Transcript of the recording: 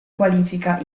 qualifica